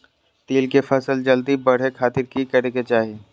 तिल के फसल जल्दी बड़े खातिर की करे के चाही?